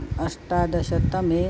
अष्टादशतमे